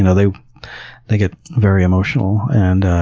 and they they get very emotional and,